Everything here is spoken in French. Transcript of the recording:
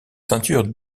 ceinture